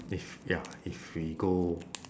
if ya if we go